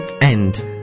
end